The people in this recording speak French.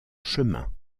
chemin